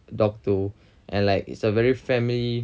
dog too and it's like a very family